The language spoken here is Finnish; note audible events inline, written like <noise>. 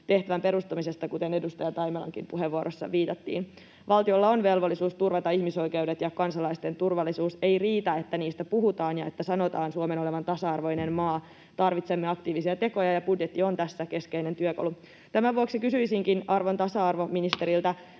tehtävän perustamisesta, kuten edustaja Taimelankin puheenvuorossa viitattiin. Valtiolla on velvollisuus turvata ihmisoikeudet ja kansalaisten turvallisuus. Ei riitä, että niistä puhutaan ja että sanotaan Suomen olevan tasa-arvoinen maa. Tarvitsemme aktiivisia tekoja, ja budjetti on tässä keskeinen työkalu. Tämän vuoksi kysyisinkin <noise> arvon tasa-arvoministeriltä: